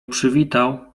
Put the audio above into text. przywitał